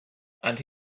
and